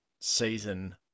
season